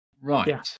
Right